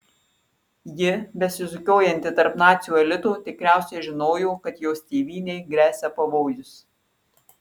ji besisukiojanti tarp nacių elito tikriausiai žinojo kad jos tėvynei gresia pavojus